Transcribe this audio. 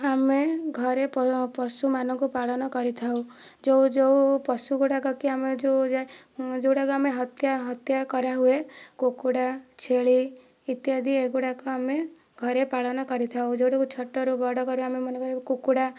ଆମେ ଘରେ ପ ପଶୁମାନଙ୍କୁ ପାଳନ କରିଥାଉ ଯେଉଁ ଯେଉଁ ପଶୁଗୁଡ଼ାକ କି ଆମେ ଯେଉଁ ଯା ଯେଉଁ ଗୁଡ଼ାକ ଆମେ ହତ୍ୟା ହତ୍ୟା କରାହୁଏ କୁକୁଡ଼ା ଛେଳି ଇତ୍ୟାଦି ଏଗୁଡ଼ାକୁ ଆମେ ଘରେ ପାଳନ କରିଥାଉ ଯେଉଁ ଗୁଡ଼ାକୁ ଛୋଟ ରୁ ବଡ଼ ଆମେ ମନେକର କୁକୁଡ଼ା